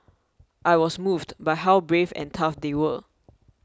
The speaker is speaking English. I was moved by how brave and tough they were